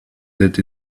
that